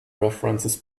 references